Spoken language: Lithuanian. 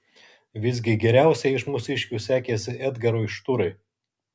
visgi geriausiai iš mūsiškių sekėsi edgarui šturai